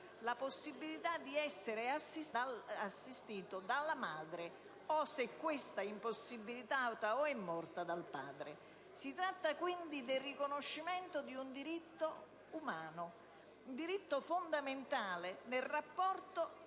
la possibilità di essere assistito dalla madre o, se questa è impossibilitata o è morta, dal padre. Si tratta quindi del riconoscimento di un diritto umano, fondamentale nel rapporto